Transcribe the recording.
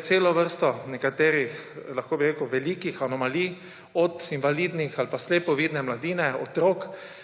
cela vrsta nekaterih, lahko bi rekel, velikih anomalij, od invalidnih ali pa za slepovidno mladino, otroke